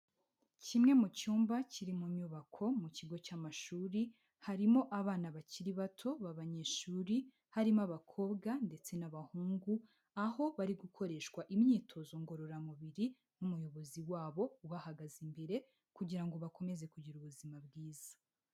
Kimwe mu cyumba kiri mu nyubako mu kigo cy'amashuri harimo abana bakiri bato b'abanyeshuri, harimo abakobwa ndetse n'abahungu, aho bari gukoreshwa imyitozo ngororamubiri n'umuyobozi wabo ubahagaze imbere kugira ngo bakomeze kugira ubuzima bwiza.